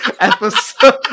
episode